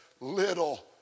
little